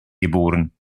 geboren